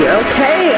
okay